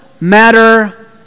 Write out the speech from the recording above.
matter